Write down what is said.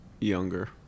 younger